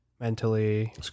mentally